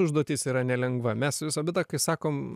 užduotis yra nelengva mes visada tokį sakom